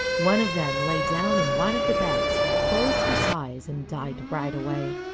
one of them laid down and one of the beds, closed his eyes and died right away.